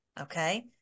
Okay